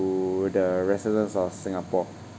the residents of singapore